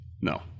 No